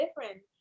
different